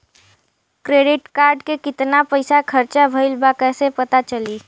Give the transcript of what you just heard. Credit card के कितना पइसा खर्चा भईल बा कैसे पता चली?